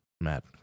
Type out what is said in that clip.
Matt